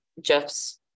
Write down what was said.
jeff's